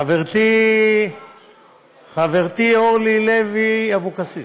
חברתי אורלי לוי אבקסיס,